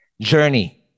journey